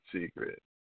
secret